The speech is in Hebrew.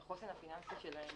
שהחוסן הפיננסי שלהם